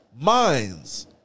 minds